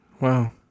Wow